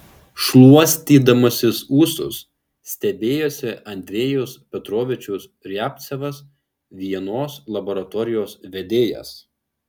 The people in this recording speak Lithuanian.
šluostydamasis ūsus stebėjosi andrejus petrovičius riabcevas vienos laboratorijos vedėjas